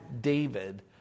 David